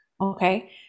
Okay